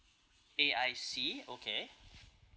okay I see okay